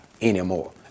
anymore